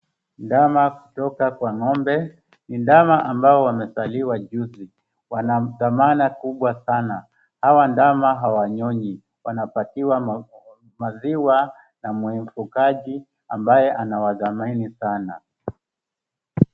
Ndama kutoka kwa ng'ombe, ni ndama ambao wamezaliwa juzi. Wanadhamana kubwa sana. Hawa ndama hawanyonyi, wanapatiwa maziwa na mfugaji ambaye anawadhamani sana.